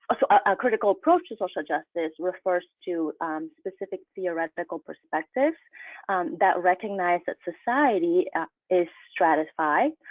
ah so a critical approach to social justice refers to specific theoretical perspectives that recognize that society is stratified,